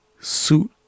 suit